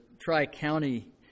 tri-county